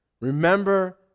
remember